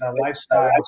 lifestyle